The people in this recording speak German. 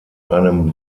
einem